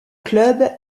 club